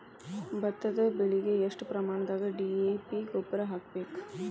ಭತ್ತದ ಬೆಳಿಗೆ ಎಷ್ಟ ಪ್ರಮಾಣದಾಗ ಡಿ.ಎ.ಪಿ ಗೊಬ್ಬರ ಹಾಕ್ಬೇಕ?